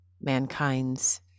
mankind's